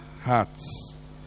hearts